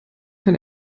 kann